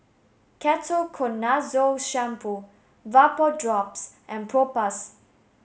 Ketoconazole shampoo Vapodrops and Propass